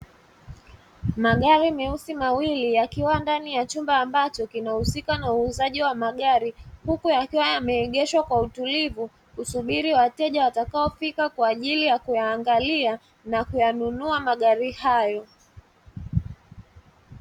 Magari meusi mawili yakiwa ndani ya chumba ambacho kinahusika na uuzaji wa magari, huku yakiwa yameegeshwa kwa utulivu kusubiri wateja watakaofika kwa ajili ya kuyaangalia na kuyanunua magari hayo.